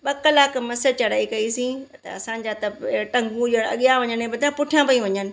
ॿ कलाक मसि चढ़ाई कईसीं त असांजा त अ टंॻू त अॻियां वञण ई बजाय पुठियां पई वञनि